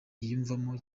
yiyumvamo